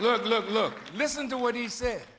look listen to what he said